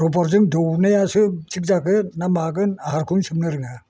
रबरजों दौनायासो थिग जागोन ना मागोन आहारखौनो सोबनो रोङा